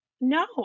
No